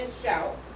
Shout